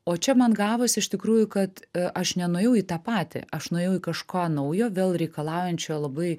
o čia man gavos iš tikrųjų kad aš nenuėjau į tą patį aš nuėjau į kažką naujo vėl reikalaujančio labai